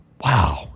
Wow